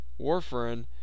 warfarin